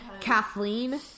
Kathleen